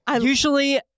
usually